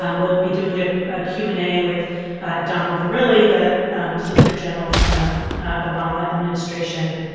um we'll be doing a q and a with donald verrilli, the solicitor general from the obama administration,